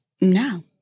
no